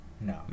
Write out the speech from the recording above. No